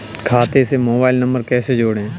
खाते से mobile number कैसे जोड़ें?